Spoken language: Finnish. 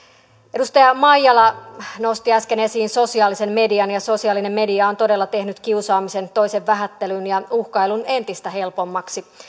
edustaja maijala nosti äsken esiin sosiaalisen median ja sosiaalinen media on todella tehnyt kiusaamisen toisen vähättelyn ja uhkailun entistä helpommaksi